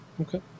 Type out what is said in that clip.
Okay